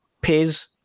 pays